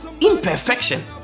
imperfection